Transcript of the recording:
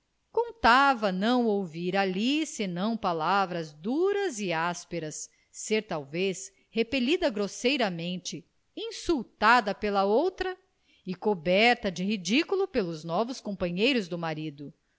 contava não ouvir ali senão palavras duras e ásperas ser talvez repelida grosseiramente insultada pela outra e coberta de ridículo pelos novos companheiros do marido